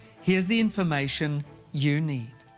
here's the information you need.